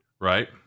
Right